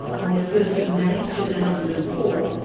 on the first of may two thousand and four,